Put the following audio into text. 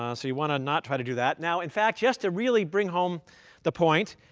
um so you want to not try to do that. now, in fact, just to really bring home the point,